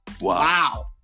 Wow